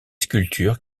sculptures